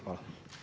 Hvala.